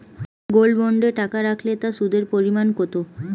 Gold বন্ডে টাকা রাখলে তা সুদের পরিমাণ কত?